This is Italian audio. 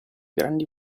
gradi